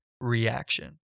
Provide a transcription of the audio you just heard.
reaction